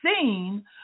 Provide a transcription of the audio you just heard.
seen